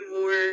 more